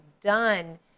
done